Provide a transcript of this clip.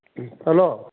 ꯎꯝ hello